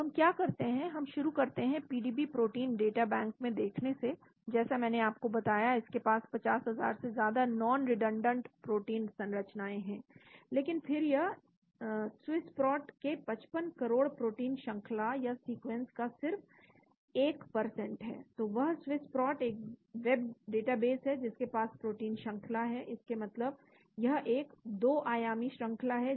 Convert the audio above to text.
तो हम क्या करते हैं हम शुरू करते हैं पीडीबी प्रोटीन डाटा बैंक में देखने से जैसा मैंने आपको दिखाया इसके पास 50000 से ज्यादा non redundant प्रोटीन संरचनाएं हैं लेकिन फिर यह स्विस्प्रोट के 55 करोड़ प्रोटीन श्रंखला या सीक्वेंस का सिर्फ 1 है तो वह स्विस्प्रोट एक वेब डेटाबेस है जिसके पास प्रोटीन श्रंखला है इसका मतलब यह एक 2 आयामी श्रंखला है